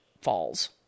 falls